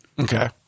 Okay